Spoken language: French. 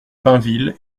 pinville